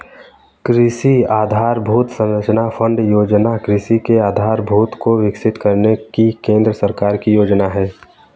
कृषि आधरभूत संरचना फण्ड योजना कृषि के आधारभूत को विकसित करने की केंद्र सरकार की योजना है